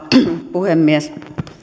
puhemies